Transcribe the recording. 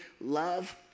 love